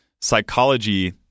Psychology